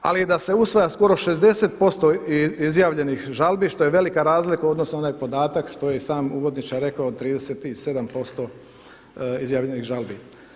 Ali da se usvaja skoro 60% izjavljenih žalbi što je velika razlika u odnosu na onaj podatak što je i sam uvodničar rekao od 37% izjavljenih žalbi.